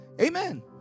Amen